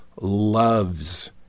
loves